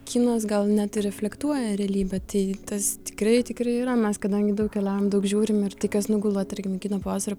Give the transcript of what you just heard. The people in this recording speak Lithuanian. kinas gal net ir reflektuoja realybę tai tas tikrai tikrai yra mes kadangi daug keliaujam daug žiūrim ir tai kas nugula tarkim kino pavasario